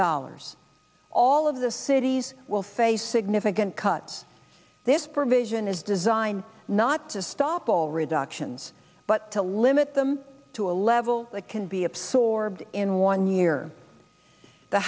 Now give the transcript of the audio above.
dollars all of the cities will face significant cuts this provision is designed not to stop all reductions but to limit them to a level that can be absorbed in one year the